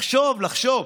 לחשוב, לחשוב.